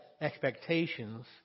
expectations